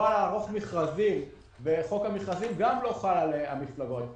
החובה לערוך מכרזים וחוק המכרזים גם לא חלים על המפלגות.